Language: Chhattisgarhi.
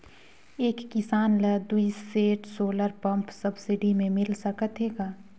एक किसान ल दुई सेट सोलर पम्प सब्सिडी मे मिल सकत हे का?